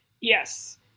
yes